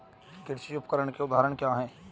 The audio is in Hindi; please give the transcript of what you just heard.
कृषि उपकरण के उदाहरण क्या हैं?